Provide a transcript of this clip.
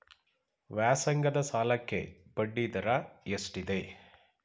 ವ್ಯಾಸಂಗದ ಸಾಲಕ್ಕೆ ಬಡ್ಡಿ ದರ ಎಷ್ಟಿದೆ?